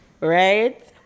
Right